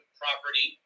property